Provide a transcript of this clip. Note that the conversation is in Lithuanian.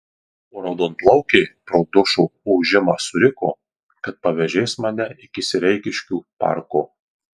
o raudonplaukė pro dušo ūžimą suriko kad pavėžės mane iki sereikiškių parko